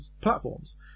platforms